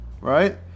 Right